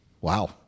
Wow